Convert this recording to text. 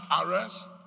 arrest